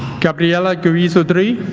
gabriela guizzo dri